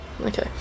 okay